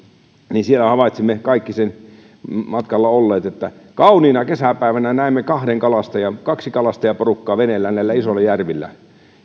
niin kaikki sillä matkalla olleet havaitsimme kauniina kesäpäivänä kaksi kalastajaporukkaa veneellä näillä isoilla järvillä niin